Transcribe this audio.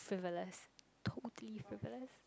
frivolous totally frivolous